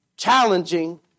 challenging